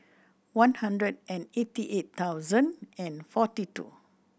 one hundred and eighty eight thousand and forty two